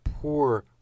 poor